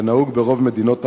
כנהוג ברוב מדינות המערב,